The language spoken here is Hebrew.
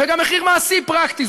וגם מחיר מעשי פרקטי.